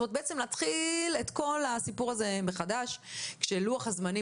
כלומר בעצם להתחיל את כל הסיפור הזה מחדש כאשר לוח הזמנים